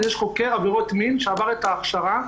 יש חוקר עבירות מין שעבר את ההכשרה